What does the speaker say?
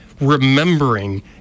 Remembering